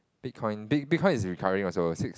Bitcoin Bit Bitcoin is recovering also six